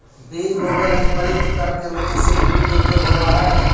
बीज बोवे लगी प्रयुक्त उपकरण के रूप में सीड ड्रिल के उपयोग होवऽ हई